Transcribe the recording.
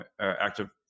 active